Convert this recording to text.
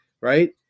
right